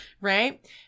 right